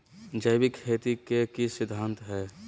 जैविक खेती के की सिद्धांत हैय?